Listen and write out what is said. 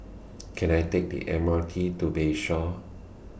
Can I Take The M R T to Bayshore